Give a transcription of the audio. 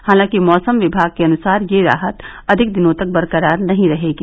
हालांकि मौसम विभाग के अनुसार यह राहत अधिक दिनों तक बरकरार नहीं रहेगी